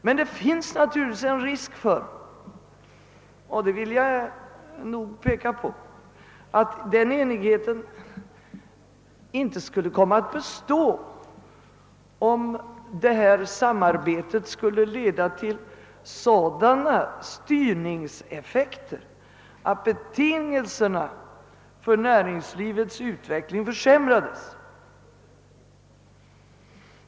Men det finns naturligtvis en risk för att den enigheten inte kommer att bestå om samarbetet leder till sådana styrningseffekter att betingelserna för näringslivets utveckling försämras.